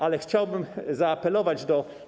Ale chciałbym zaapelować do.